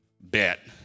bet